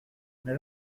mais